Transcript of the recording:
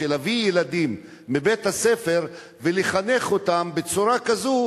להביא ילדים מבית-הספר ולחנך אותם בצורה כזו,